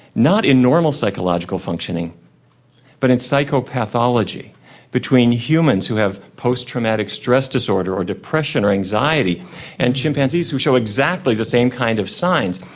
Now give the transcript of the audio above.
not in normal psychological functioning but in psychopathology between humans who have post-traumatic stress disorder or depression or anxiety and chimpanzees who show exactly the same kind of signs.